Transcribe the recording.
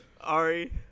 Ari